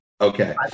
Okay